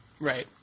Right